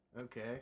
Okay